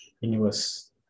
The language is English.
universe